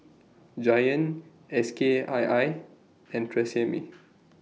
Giant SK I I and Tresemme